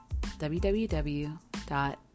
www